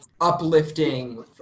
uplifting